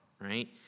right